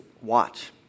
watch